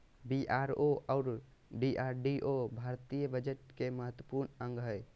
BRO और DRDO भारतीय budget के महत्वपूर्ण अंग हय